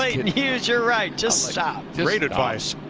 ah you are right, just stop. great advice.